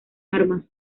armas